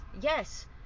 yes